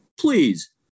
please